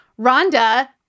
Rhonda